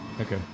Okay